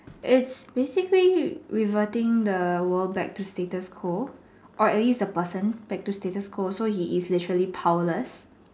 it's basically reverting the world back to status quo or at least a person back to status quo so he's basically powerless